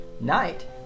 night